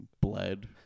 bled